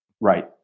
Right